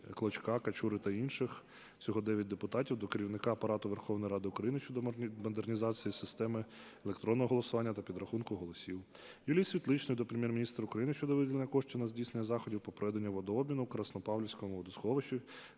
(Клочка, Качури та інших. Всього 9 депутатів) до Керівника Апарату Верховної Ради України щодо модернізації системи електронного голосування та підрахунку голосів. Юлії Світличної до Прем'єр-міністра України щодо виділення коштів на здійснення заходів по проведенню водообміну у Краснопавлівському водосховищі